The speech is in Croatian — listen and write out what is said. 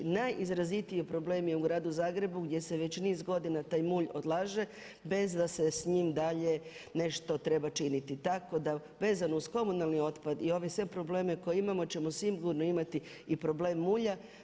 Najizrazitiji problem je u gradu Zagrebu gdje se već niz godina taj mulj odlaže bez da se s njim dalje nešto treba činiti, tako da vezano uz komunalni otpad i ove sve probleme koje imamo ćemo sigurno imati i problem mulja.